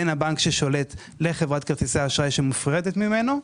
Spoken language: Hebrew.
בין הבנק ששולט לחברת כרטיסי האשראי שמופרטת ממנו.